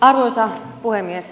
arvoisa puhemies